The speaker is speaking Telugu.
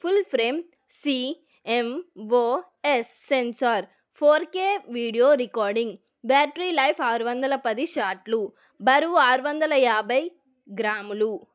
full frame CMOS sensor four K video recording battery life ఆరు వందల పది షాట్లు బరువు ఆరువందల యాభై గ్రాములు